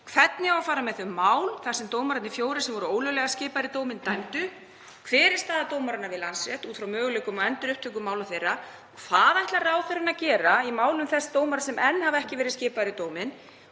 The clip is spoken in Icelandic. Hvernig á að fara með þau mál þar sem dómararnir fjórir, sem voru ólöglega skipaðir í dóminn, dæmdu? Hver er staða dómaranna við Landsrétt út frá möguleikum á endurupptöku mála þeirra? Hvað ætlar ráðherrann að gera í málum þeirra dómara sem enn hafa ekki verið skipaðir í dóminn